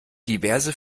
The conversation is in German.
diverse